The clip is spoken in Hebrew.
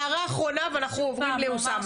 הערה אחרונה ואנחנו עוברים לאוסאמה.